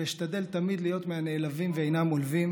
ואשתדל תמיד להיות מהנעלבים ואינם עולבים